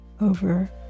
over